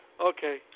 Okay